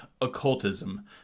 occultism